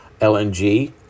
LNG